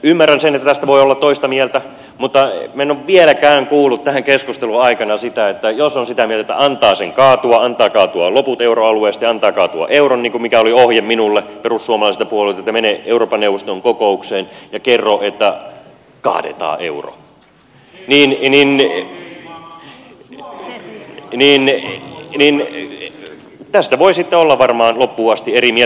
ymmärrän sen että tästä voi olla toista mieltä mutta minä en ole vieläkään kuullut tämän keskustelun aikana sitä että jos on sitä mieltä että antaa sen kaatua antaa kaatua loput euroalueesta ja antaa kaatua euron kuten oli ohje minulle perussuomalaiselta puolueelta että mene eurooppa neuvoston kokoukseen ja kerro että kaadetaan euro niin tästä voi sitten varmaan olla loppuun asti eri mieltä